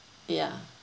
ya